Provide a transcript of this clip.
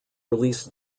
release